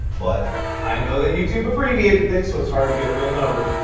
but i know that youtube abbreviated things so it's hard to get a real number.